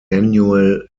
annual